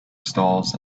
stalls